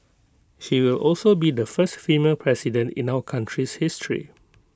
she will also be the first female president in our country's history